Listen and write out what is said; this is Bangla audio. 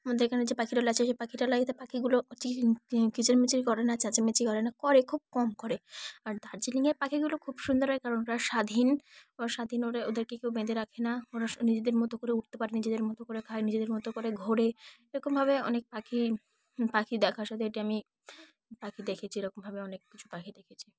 আমাদের এখানে যে পাখিরালয় আছে সেই পাখিরালয়তে পাখিগুলো চি কিচিরমিচির করে না চেঁচোমেচি করে না করে খুব কম করে আর দার্জিলিংয়ের পাখিগুলো খুব সুন্দর হয় কারণ ওরা স্বাধীন ওরা স্বাধীন ওরা ওদেরকে কেউ বেঁধে রাখ না ওরা নিজেদের মতো করে উড়তে পারে নিজেদের মতো করে খায় নিজেদের মতো করে ঘোরে এরকমভাবে অনেক পাখি পাখি দেখার সাথে এটি আমি পাখি দেখেছি এরকমভাবে অনেক কিছু পাখি দেখেছি